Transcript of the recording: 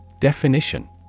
Definition